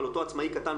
אבל אותו עצמאי קטן,